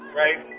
right